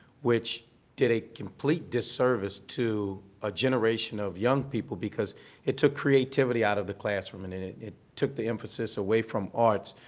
which did a complete disservice to a generation of young people, because it took creativity out of the classroom and and it it took the emphasis away from arts.